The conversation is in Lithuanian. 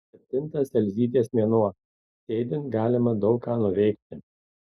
septintas elzytės mėnuo sėdint galima daug ką nuveikti